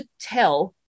tell